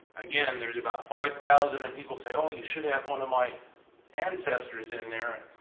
again, there's about five thousand, and people say, oh, you should have one of my ancestors in there.